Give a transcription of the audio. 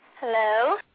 Hello